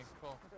cool